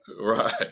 right